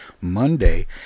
Monday